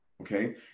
Okay